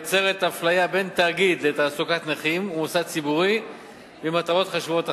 יוצרת אפליה בין תאגיד לתעסוקת נכים למוסד ציבורי למטרות חשובות אחרות.